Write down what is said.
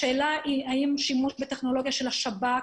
השאלה האם שימוש בטכנולוגיה של השב"כ